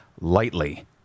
lightly